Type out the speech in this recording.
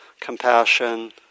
compassion